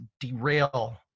derail